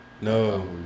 No